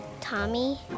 Tommy